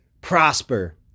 prosper